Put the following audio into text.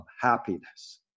happiness